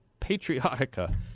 patriotica